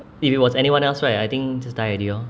if it was anyone else right I think just die already orh